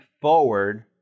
forward